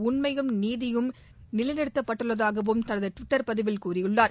உண்மையையும் நீதியையும் நிலைநிறுத்தப்பட்டுள்ளதாகவும் தனது டுவிட்டர் பதிவில் கூறியுள்ளார்